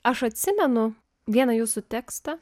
aš atsimenu vieną jūsų tekstą